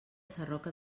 sarroca